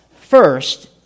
First